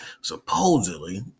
Supposedly